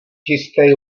čistej